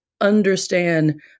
understand